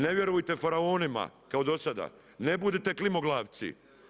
Ne vjerujte faraonima kao dosada, ne budite klimoglavci.